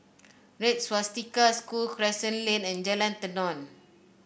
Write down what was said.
Red Swastika School Crescent Lane and Jalan Tenon